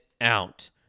out